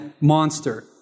monster